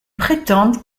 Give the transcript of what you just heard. prétendent